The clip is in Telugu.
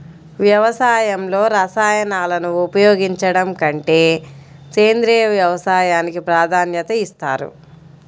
వ్యవసాయంలో రసాయనాలను ఉపయోగించడం కంటే సేంద్రియ వ్యవసాయానికి ప్రాధాన్యత ఇస్తారు